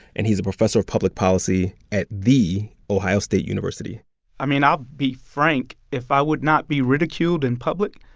and he is a professor of public policy at the ohio state university i mean, i'll be frank, if i would not be ridiculed in public,